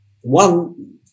one